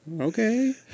Okay